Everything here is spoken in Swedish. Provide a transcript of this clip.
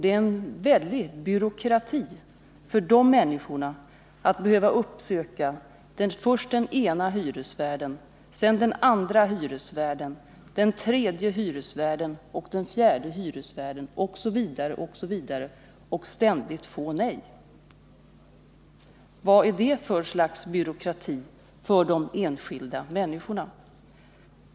Det är en väldig byråkrati för de människorna att behöva uppsöka först den ena hyresvärden, sedan den andra hyresvärden, den tredje hyresvärden, den fjärde hyresvärden osv. och ständigt få nej. Vad är det för slags byråkrati för de enskilda människorna?